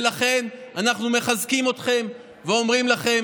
ולכן אנחנו מחזקים אתכם ואומרים לכם